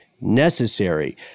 necessary